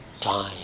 time